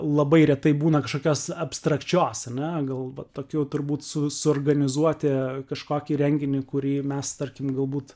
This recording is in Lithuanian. labai retai būna kažkokios abstrakčios ane gal va tokių turbūt su suorganizuoti kažkokį renginį kurį mes tarkim galbūt